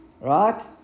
right